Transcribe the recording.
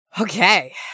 Okay